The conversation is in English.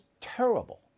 terrible